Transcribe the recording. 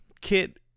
Kit